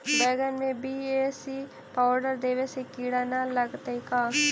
बैगन में BAC powder देबे से किड़ा न लगतै का?